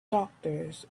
doctors